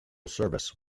service